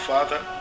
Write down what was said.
Father